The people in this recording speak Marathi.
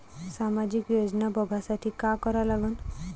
सामाजिक योजना बघासाठी का करा लागन?